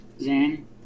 Zan